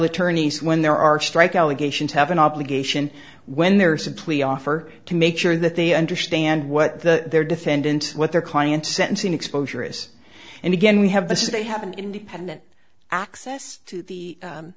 attorneys when there are strike allegations have an obligation when there is a plea offer to make sure that they understand what the their defendant what their client sentencing exposure is and again we have this is they have an independent access to the